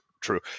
true